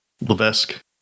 Levesque